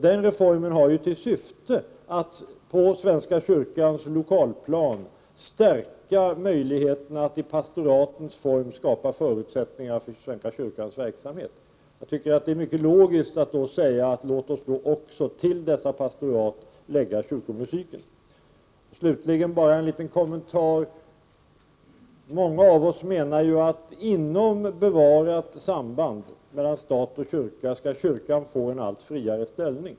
Den reformen har till syfte att på svenska kyrkans lokalplan stärka möjligheterna att i pastoratens form skapa förutsättningar för svenska kyrkans verksamhet. Då tycker jag det är mycket logiskt att säga: Låt oss då också till dessa pastorat lägga kyrkomusiken. Till slut bara en kommentar: Många av oss menar att kyrkan inom ett bevarat samband mellan stat och kyrka skall få en allt friare ställning.